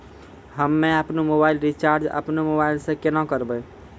हम्मे आपनौ mobile recharge आपनौ मोबाइल से केना करवै?